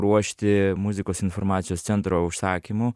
ruošti muzikos informacijos centro užsakymu